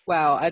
Wow